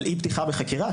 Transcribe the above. על אי-פתיחה בחקירה,